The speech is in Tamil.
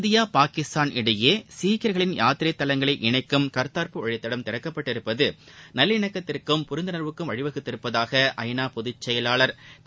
இந்தியா பாகிஸ்தான் இடையே சீக்கியர்களின் யாத்திரை தலங்களை இணைக்கும் கர்த்தார்பூர் வழித்தடம் திறக்கப்பட்டிருப்பது நல்லிணக்கத்திற்கும் பரிந்துணர்வுக்கும் வழிவகுத்துள்ளதாக ஐநா பொதுச் செயலாளர் திரு